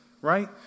right